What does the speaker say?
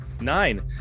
Nine